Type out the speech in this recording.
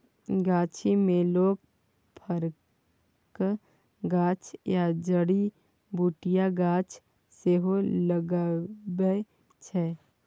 गाछी मे लोक फरक गाछ या जड़ी बुटीक गाछ सेहो लगबै छै